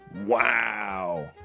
Wow